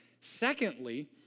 secondly